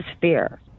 fear